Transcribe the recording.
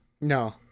No